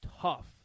tough